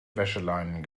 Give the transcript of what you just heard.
wäscheleinen